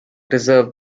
deserve